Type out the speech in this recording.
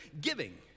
giving